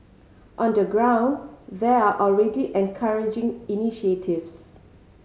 on the ground there are already encouraging initiatives